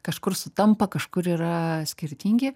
kažkur sutampa kažkur yra skirtingi